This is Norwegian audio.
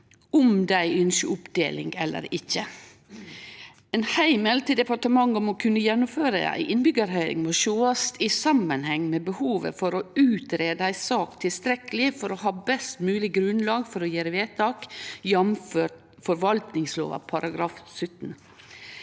om dei ynskjer oppdeling. Ein heimel til departementet om å kunne gjennomføre ei innbyggjarhøyring må sjåast i samanheng med behovet for å utgreie ei sak tilstrekkeleg for å ha best mogleg grunnlag for å gjere vedtak, jf. forvaltingslova § 17.